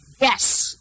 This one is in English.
Yes